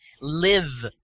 live